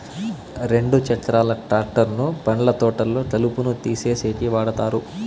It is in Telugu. రెండు చక్రాల ట్రాక్టర్ ను పండ్ల తోటల్లో కలుపును తీసేసేకి వాడతారు